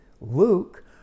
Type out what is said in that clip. Luke